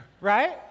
Right